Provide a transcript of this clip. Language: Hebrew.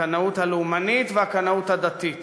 הקנאות הלאומנית והקנאות הדתית.